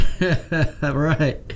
Right